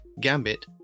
Gambit